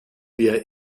wir